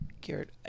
Garrett